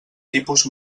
tipus